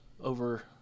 over